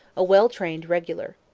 a well-trained regular.